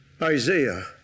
Isaiah